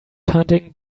hunting